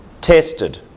tested